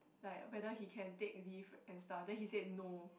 like whether he can take leave and stuff then he said no